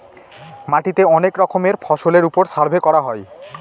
মাটিতে অনেক রকমের ফসলের ওপর সার্ভে করা হয়